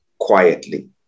quietly